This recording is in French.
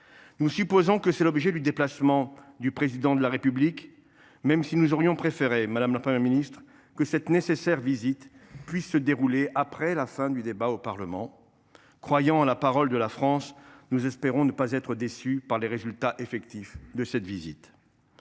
Nous supposons que c’est l’objet du déplacement du Président de la République, même si nous aurions préféré, madame la Première ministre, que cette nécessaire visite puisse se dérouler après la fin du débat au Parlement. Croyant à la parole de la France, nous espérons ne pas être déçus par les résultats effectifs de cette visite.